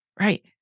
Right